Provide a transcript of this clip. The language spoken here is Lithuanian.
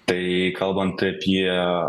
tai kalbant apie